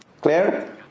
Claire